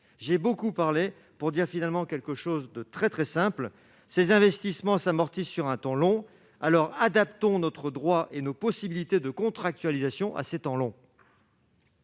j'ai beaucoup parlé pour dire finalement quelque chose de très, très simple, ces investissements s'amortit sur un temps long alors adaptons notre droit et nos possibilités de contractualisation à ces temps long.